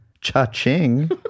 Cha-ching